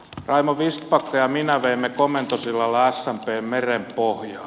raimo vistbacka ja minä veimme komentosillalla smpn meren pohjaan